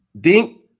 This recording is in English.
dink